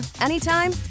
anytime